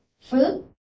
fruit